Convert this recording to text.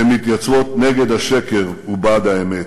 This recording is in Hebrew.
שמתייצבות נגד השקר ובעד האמת.